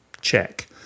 Check